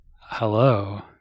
Hello